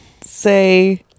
say